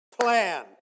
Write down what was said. plan